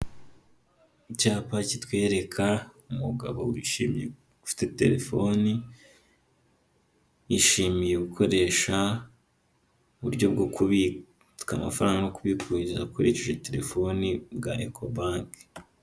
Icyapa kitwereka umugabo wishimye ufite telefoni yishimiye gukoresha uburyo bwo kubika amafaranga no kubikuza akoresheje telefoni bwa Eco bank.